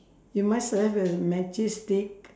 you must have a matches stick